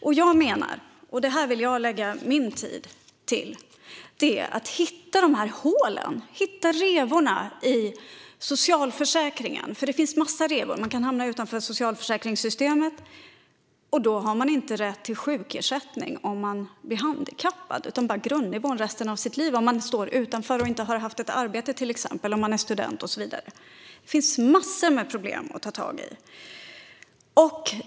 Det jag vill ägna min tid åt är att hitta de här hålen, de här revorna, i socialförsäkringen. Det finns en massa revor. Man kan hamna utanför socialförsäkringssystemet, och då har man inte rätt till sjukersättning om man blir handikappad utan bara grundnivå resten av sitt liv. Det kan gälla om man inte har haft ett arbete, till exempel om man är student. Det finns massor med problem att ta tag i.